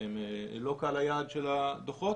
הם לא קהל היעד של הדוחות